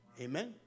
Amen